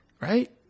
Right